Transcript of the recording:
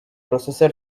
processor